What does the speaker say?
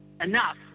enough